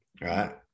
right